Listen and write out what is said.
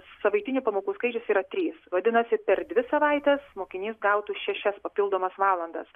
savaitinių pamokų skaičius yra trys vadinasi per dvi savaitės mokinys gautų šešias papildomas valandas